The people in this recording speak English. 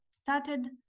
started